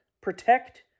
protect